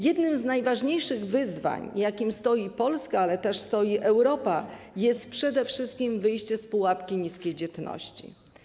Jednym z najważniejszych wyzwań, przed jakim stoi Polska, ale też i Europa, jest przede wszystkim wyjście z pułapki niskiej dzietności.